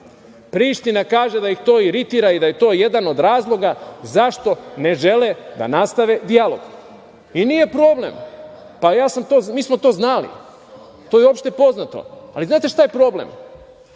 Priština kaže da ih to iritira i da je to jedan od razloga zašto ne žele da nastave dijalog. Nije problem, mi smo to znali. To je opšte poznato, ali znate šta je problem?